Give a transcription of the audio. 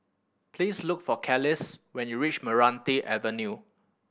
please look for Carlisle when you reach Meranti Avenue